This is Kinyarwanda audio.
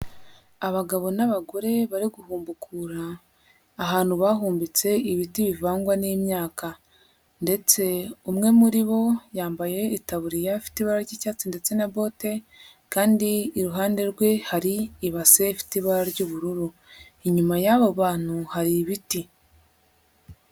Abagabo n'abagore bari guhumbukura ahantu bahumbitse ibiti bivangwa n'imyaka ndetse umwe muri bo, yambaye itaburiya afite ibara ry'icyatsi ndetse na bote kandi iruhande rwe hari ibase ifite ibara ry'ubururu. Inyuma y'abo bantu hari ibiti.